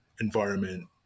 environment